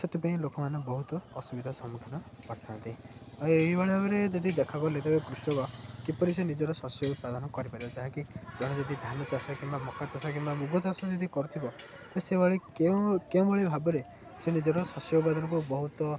ସେଥିପାଇଁ ଲୋକମାନେ ବହୁତ ଅସୁବିଧା ସମ୍ମୁଖୀନ କରିଥାନ୍ତି ଆଉ ଏହିଭଳି ଭାବରେ ଯଦି ଦେଖା ଗଲେ ତେବେ କୃଷକ କିପରି ସେ ନିଜର ଶସ୍ୟ ଉତ୍ପାଦନ କରିପାରିବ ଯାହାକି ଜଣେ ଯଦି ଧାନ ଚାଷ କିମ୍ବା ମକା ଚାଷ କିମ୍ବା ମୁଗ ଚାଷ ଯଦି କରିଥିବ ତ ସେଭଳି କେଉଁ କେଉଁଭଳି ଭାବରେ ସେ ନିଜର ଶସ୍ୟ ଉତ୍ପାଦନକୁ ବହୁତ